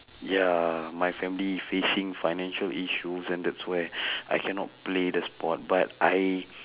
ya my family facing financial issues and that's why I cannot play the sport but I